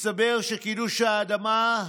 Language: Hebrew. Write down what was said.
מסתבר שקידוש האדמה,